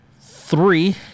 three